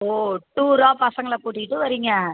ஓ டூரா பசங்களை கூட்டுகிட்டு வரிங்க